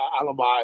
Alibi